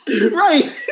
Right